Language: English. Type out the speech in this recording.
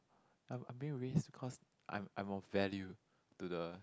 I'm I'm being raise because I'm I'm of value to the